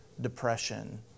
depression